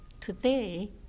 today